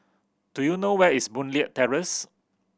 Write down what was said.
do you know where is Boon Leat Terrace